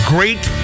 Great